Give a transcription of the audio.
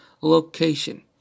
location